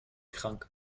krank